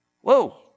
Whoa